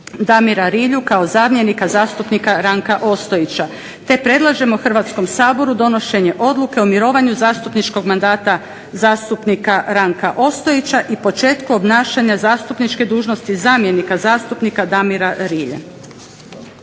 Daria Rilju kao zamjenika zastupnika Ranka Ostojića te predlažemo Hrvatskom saboru donošenje Odluke o mirovanju zastupničkog mandata zastupnika Ranka Ostojića i početku obnašanja zastupničke dužnosti zamjenika zastupnika Damira Rilje.